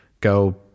go